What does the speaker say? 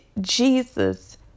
Jesus